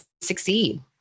succeed